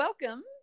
Welcome